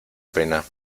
pena